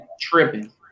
tripping